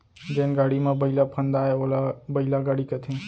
जेन गाड़ी म बइला फंदाये ओला बइला गाड़ी कथें